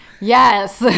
Yes